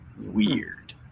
weird